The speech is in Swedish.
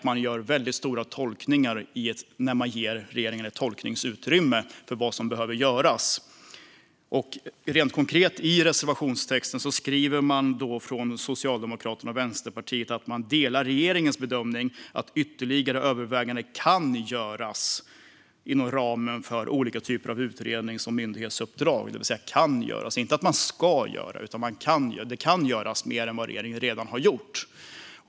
Man gör väldigt stora tolkningar när man ger regeringen ett tolkningsutrymme när det gäller vad som behöver göras. Rent konkret skriver Socialdemokraterna och Vänsterpartiet i sin reservationstext att de "delar regeringens bedömning att ytterligare överväganden kan göras inom ramen för olika typer av utrednings eller myndighetsuppdrag". Det står alltså kan göras, inte ska göras. Det kan göras mer än vad regeringen redan har gjort.